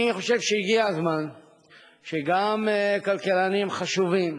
אני חושב שהגיע הזמן שגם כלכלנים חשובים,